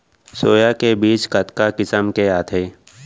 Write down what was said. Soya के बीज कतका किसम के आथे?